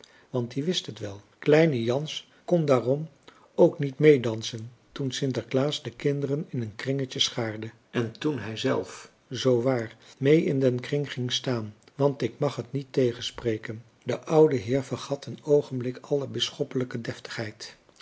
want die wist het wel kleine jans kon daarom ook niet meedansen toen sinterklaas de kinderen in een kringetje schaarde en toen hij zelf zoo waar mee in den kring ging staan want ik mag het niet tegenspreken de oude heer vergat een oogenblik alle bisschoppelijke deftigheid